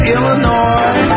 Illinois